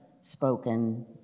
spoken